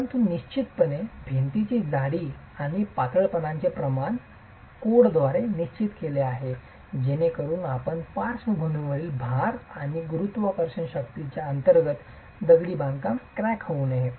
परंतु निश्चितपणे भिंतीची जाडी आणि पातळपणाचे प्रमाण कोडद्वारे निश्चित केले गेले आहेत जेणेकरून आपण पार्श्वभूमीवरील भार आणि गुरुत्वाकर्षण शक्तीच्या अंतर्गत दगडी बांधकाम क्रॅक होऊ नये